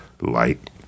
Light